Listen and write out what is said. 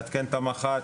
לעדכן את המח"ט,